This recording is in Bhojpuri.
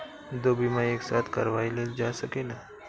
दो बीमा एक साथ करवाईल जा सकेला?